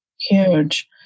huge